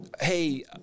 hey